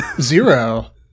Zero